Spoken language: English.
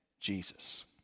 Jesus